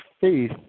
faith